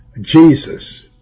Jesus